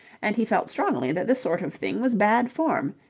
and he felt strongly that this sort of thing was bad form.